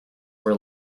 were